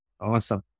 Awesome